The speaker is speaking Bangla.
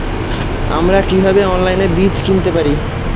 আমরা কীভাবে অনলাইনে বীজ কিনতে পারি?